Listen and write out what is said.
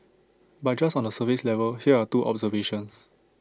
but just on the surface level here are two observations